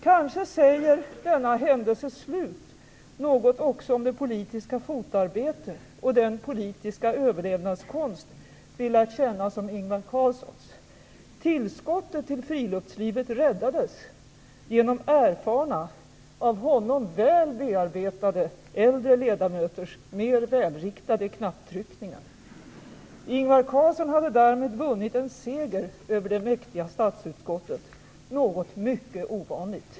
Kanske säger denna händelses slut också något om det politiska fotarbete och den politiska överlevnadskonst vi lärt känna som Ingvar Carlssons. Tillskottet till friluftslivet räddades genom erfarna, av honom väl bearbetade, äldre ledamöters mer välriktade knapptryckningar. Ingvar Carlsson hade därmed vunnit en seger över det mäktiga statsutskottet - något mycket ovanligt.